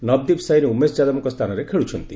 ନବଦୀପ ସାଇନି ଉମେଶ ଯାଦବଙ୍କ ସ୍ଥାନରେ ଖେଳୁଛନ୍ତି